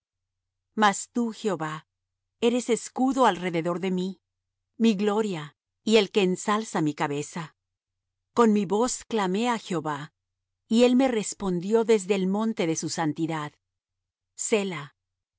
mas tú jehová eres escudo alrededor de mí mi gloria y el que ensalza mi cabeza con mi voz clamé á jehová y él me respondió desde el monte de su santidad